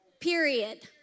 period